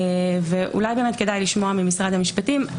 כדאי לשמוע ממשרד המשפטים,